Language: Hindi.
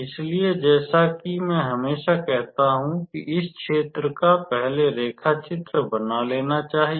इसलिए जैसा कि मैं हमेशा कहता हूं कि इस क्षेत्र का पहले रेखाचित्र बना लेना चाहिए